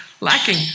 lacking